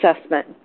assessment